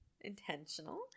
intentional